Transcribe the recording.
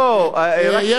אדוני היושב-ראש,